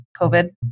COVID